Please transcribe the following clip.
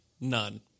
none